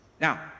now